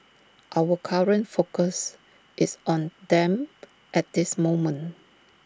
our current focus is on them at this moment